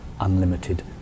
unlimited